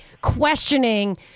questioning